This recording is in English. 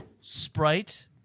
Sprite